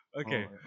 Okay